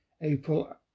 April